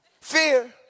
Fear